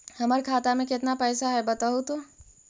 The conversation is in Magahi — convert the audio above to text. हमर खाता में केतना पैसा है बतहू तो?